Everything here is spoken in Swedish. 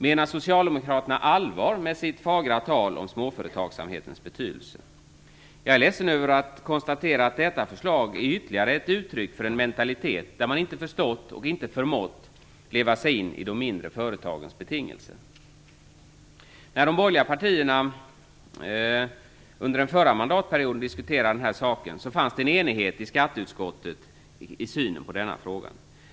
Menar Socialdemokraterna allvar med sitt fagra tal om småföretagsamhetens betydelse? Jag är ledsen att konstatera att detta förslag är ytterligare ett uttryck för en mentalitet präglad av att man inte förstått och inte förmått leva sig in i de mindre företagens betingelser. När de borgerliga partierna under den förra mandatperioden diskuterade den här saken fanns det en enighet i skatteutskottet i synen på denna fråga.